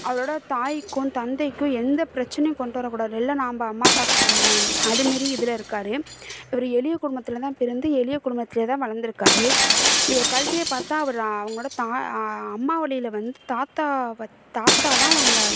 அவரோட தாய்க்கும் தந்தைக்கும் எந்த பிரச்சனையும் கொண்டுட்டு வரக்கூடாது எல்லா நாம்ப அம்மா அப்பாவுக்கு பண்ணணும் அதேமாரி இதில் இருக்கார் இவர் எளிய குடும்பத்தில்தான் பிறந்து எளிய குடும்பத்துலதான் வளர்ந்துருக்காரு இவர் கல்வியைப் பார்த்தா அவர் அவங்களோட தான் அம்மா வழியில வந்து தாத்தா வத் தாத்தா தான் அவங்களை